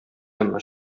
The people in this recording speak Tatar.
янына